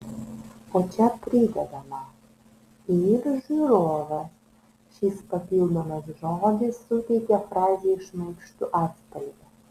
o čia pridedama ir žiūrovas šis papildomas žodis suteikia frazei šmaikštų atspalvį